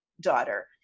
daughter